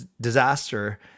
disaster